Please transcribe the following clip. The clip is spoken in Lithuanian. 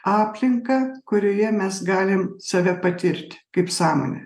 aplinką kurioje mes galim save patirt kaip sąmonę